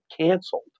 canceled